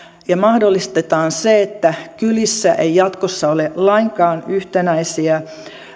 ja mahdollistetaan se että kylissä ei jatkossa ole lainkaan yhtenäisiä